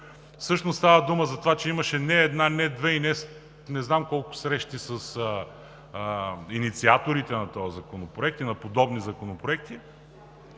Става дума за това, че имаше не една, не две, а не знам колко срещи с инициаторите на този и на подобни законопроекти.